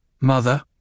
Mother